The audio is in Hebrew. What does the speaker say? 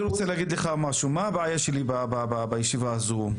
מה הבעיה שלי בישיבה הזו?